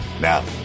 Now